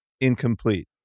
incomplete